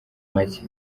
make